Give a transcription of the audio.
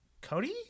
Cody